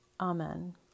Amen